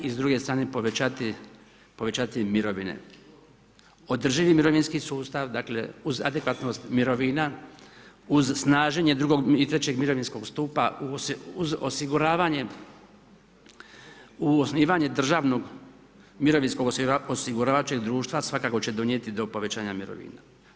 I s druge strane povećati mirovine, održivi mirovinski sustav, dakle uz adekvatnost mirovina, uz snaženje drugog i trećeg mirovinskog stupa, uz osiguravanje, uz osnivanje državnog mirovinskog osiguravajućeg društva svakako će donijeti do povećanja mirovina.